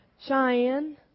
Cheyenne